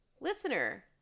listener